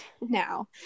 now